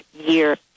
year